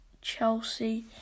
Chelsea